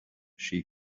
she